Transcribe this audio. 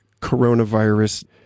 coronavirus